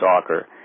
soccer